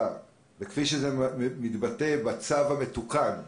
וכפי שזה מתבטא בצו המתוקן בהסכמה,